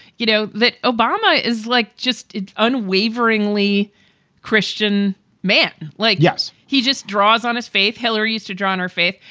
you know, that obama is like just unwaveringly christian man. like, yes. he just draws on his faith. hillary's to draw on her faith.